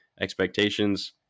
expectations